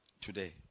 Today